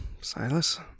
Silas